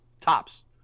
tops